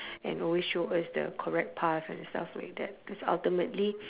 and always show us the correct path and stuff like that cause ultimately